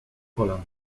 kolan